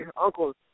uncles